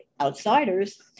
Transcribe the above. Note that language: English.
outsiders